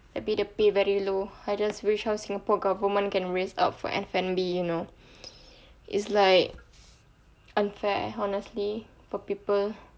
tapi the pay very low I just wish how singapore government can raise up for F&B you know is like unfair honestly for people